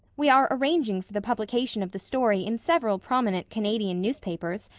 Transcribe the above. we are arranging for the publication of the story in several prominent canadian newspapers,